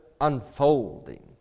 unfolding